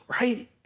right